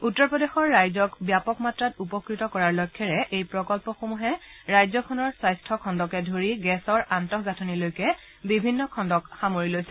উত্তৰ প্ৰদেশৰ ৰাইজৰ ব্যাপক মাত্ৰাত উপকৃত কৰাৰ লক্ষ্যেৰে এই প্ৰকল্পসমূহে ৰাজ্যখনৰ স্বাস্থ্যখণ্ডকে ধৰি গেছৰ আন্তঃগাঁঠনিলৈকে বিভিন্ন খণ্ডক সামৰি লৈছে